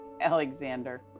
Alexander